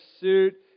suit